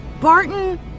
Barton